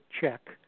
check